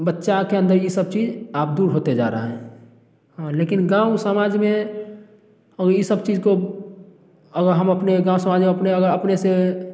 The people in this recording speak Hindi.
बच्चा के अंदर ये सब चीज आप दूर होते जा रहा है लेकिन गाँव समाज में और ये सब चीज को अगर हम अपने गाँव समाज में अपने अगर अपने से